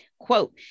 quote